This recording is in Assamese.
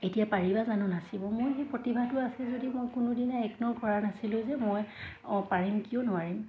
এতিয়া পাৰিবা জানো নাচিব মই সেই প্ৰতিভাটো আছে যদি মই কোনোদিনে ইগনৰ কৰা নাছিলোঁ যে মই অঁ পাৰিম কিয় নোৱাৰিম